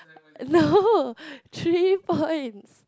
no three points